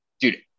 Dude